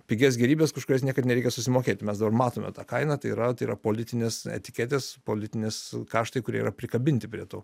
pigias gėrybes už kurias niekad nereikia susimokėt mes dar matome tą kainą tai yra tai yra politinės etiketės politinės karštai kurie yra prikabinti prie to